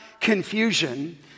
confusion